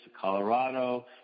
Colorado